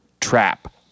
trap